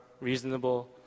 reasonable